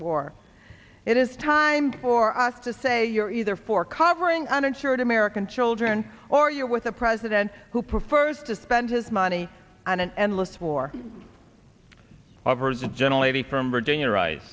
war it is time for us to say you're either for covering uninsured american children or you're with a president who prefers to spend his money on an endless war of words a gentle lady from virginia ri